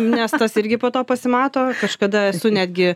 nes tas irgi po to pasimato kažkada esu netgi